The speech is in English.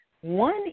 One